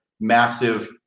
massive